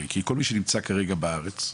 הרי כל מי שנמצא כרגע בארץ,